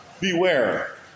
Beware